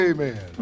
Amen